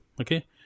okay